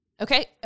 Okay